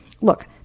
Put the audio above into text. Look